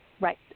Right